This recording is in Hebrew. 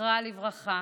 זכרה לברכה,